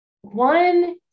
One